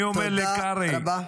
אני אומר לקרעי --- תודה רבה.